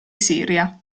siria